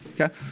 Okay